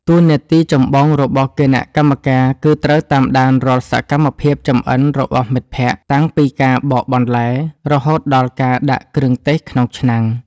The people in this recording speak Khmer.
តួនាទីចម្បងរបស់គណៈកម្មការគឺត្រូវតាមដានរាល់សកម្មភាពចម្អិនរបស់មិត្តភក្តិ តាំងពីការបកបន្លែ រហូតដល់ការដាក់គ្រឿងទេសក្នុងឆ្នាំង។